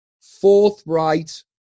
forthright